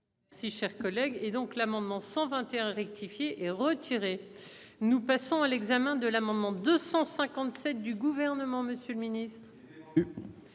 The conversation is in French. Si cher collègue, et donc l'amendement 121 rectifié et retiré. Nous passons à l'examen de l'amendement 257 du gouvernement, Monsieur le Ministre.